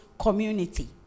community